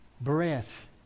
breath